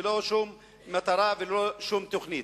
ללא שום מטרה וללא שום תוכנית.